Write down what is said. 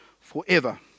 forever